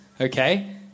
okay